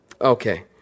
Okay